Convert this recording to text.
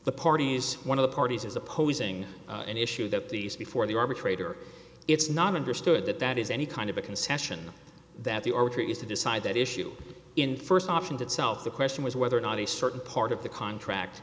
the parties one of the parties is opposing an issue that these before the arbitrator it's not understood that that is any kind of a concession that the order is to decide that issue in st off and itself the question was whether or not a certain part of the contract